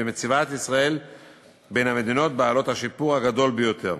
ומציבה את ישראל בין המדינות בעלות השיפור הגדול ביותר.